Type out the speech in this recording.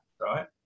right